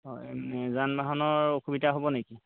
হয় এনেই যান বাহনৰ অসুবিধা হ'ব নেকি